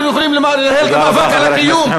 אנחנו יכולים לנהל את המאבק הזה מחוץ לכנסת.